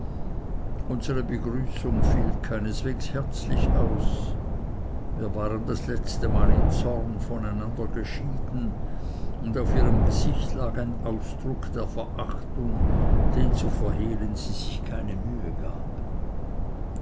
unsere begrüßung fiel keineswegs herzlich aus wir waren das letzte mal im zorn voneinander geschieden und auf ihrem gesicht lag ein ausdruck der verachtung den zu verhehlen sie sich keine mühe gab